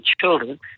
children